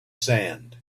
sand